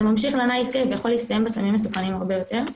זה ממשיך ל'נייס גאי' ויכול להסתיים בסמים מסוכנים הרבה יותר.